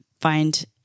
find